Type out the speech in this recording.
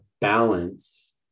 balance